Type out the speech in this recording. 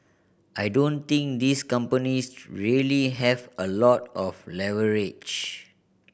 I don't think these companies really have a lot of leverage